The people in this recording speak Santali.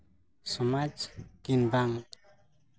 ᱥᱚᱢᱟᱡᱽ ᱠᱤᱢᱵᱟ